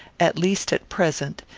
at least at present,